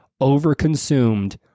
overconsumed